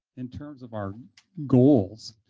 in terms of our goals,